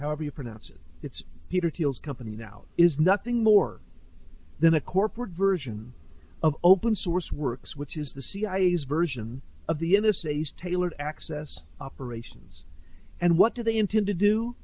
however you pronounce it it's peter teal's company now is nothing more than a corporate version of open source works which is the cia's version of the n s a s tailored access operations and what do they intend to do